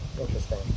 Interesting